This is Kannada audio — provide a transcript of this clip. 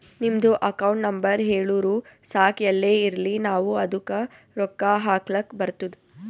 ನಿಮ್ದು ಅಕೌಂಟ್ ನಂಬರ್ ಹೇಳುರು ಸಾಕ್ ಎಲ್ಲೇ ಇರ್ಲಿ ನಾವೂ ಅದ್ದುಕ ರೊಕ್ಕಾ ಹಾಕ್ಲಕ್ ಬರ್ತುದ್